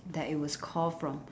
that it was call from